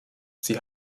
sie